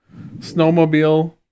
snowmobile